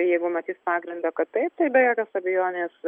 jeigu matys pagrindą kad taip tai be jokios abejonės